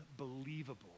unbelievable